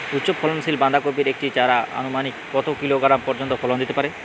উচ্চ ফলনশীল বাঁধাকপির একটি চারা আনুমানিক কত কিলোগ্রাম পর্যন্ত ফলন দিতে পারে?